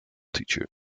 teacher